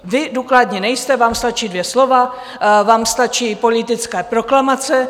Vy důkladní nejste, vám stačí dvě slova, vám stačí politické proklamace.